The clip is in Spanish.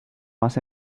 hace